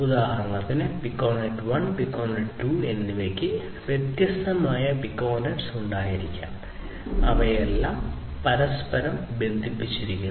ഉദാഹരണത്തിന് Piconet 1 Piconet 2 എന്നിവയ്ക്ക് വ്യത്യസ്തമായ Piconets ഉണ്ടായിരിക്കാം അവയെല്ലാം പരസ്പരം ബന്ധിപ്പിച്ചിരിക്കുന്നു